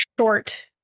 short